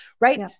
right